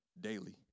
daily